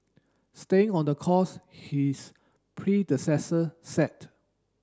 staying on the course his predecessor set